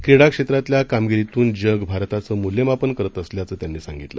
क्रीडा क्षेत्रातल्या कामगिरीतून जग भारताचं मूल्यमापन करत असल्याचं त्यांनी सांगितलं